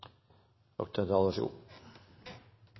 og tid til debatt. Så